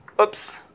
oops